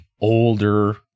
older